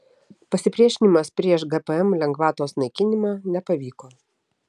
pasipriešinimas prieš gpm lengvatos naikinimą nepavyko